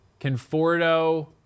Conforto